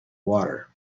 water